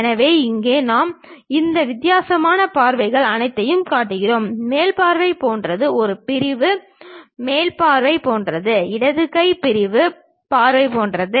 எனவே இங்கே நாம் இந்த வித்தியாசமான பார்வைகள் அனைத்தையும் காட்டுகிறோம் மேல் பார்வை போன்றது ஒரு பிரிவு முன் பார்வை போன்றது இடது கை பிரிவு பார்வை போன்றது